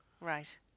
Right